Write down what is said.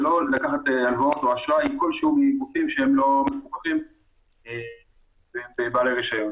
ולא לקחת הלוואות או אשראי כלשהו מגופים שהם לא מפוקחים ובעלי רישיון.